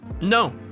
No